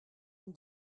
une